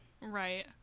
Right